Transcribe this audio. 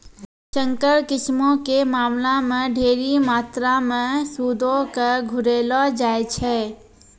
संकर किस्मो के मामला मे ढेरी मात्रामे सूदो के घुरैलो जाय छै